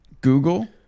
Google